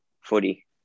footy